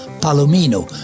Palomino